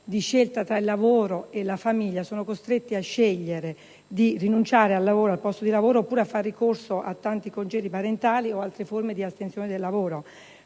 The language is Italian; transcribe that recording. di scelta tra il lavoro e la famiglia. Madri e padri costretti a scegliere di rinunciare al posto di lavoro, oppure a far ricorso a tanti congedi parentali o ad altre forme di astensione dal lavoro.